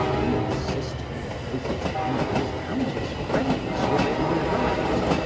he insisted that both his enemies and his friends were in the right.